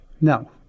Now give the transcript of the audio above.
No